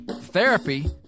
Therapy